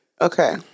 Okay